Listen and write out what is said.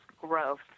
growth